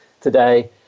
today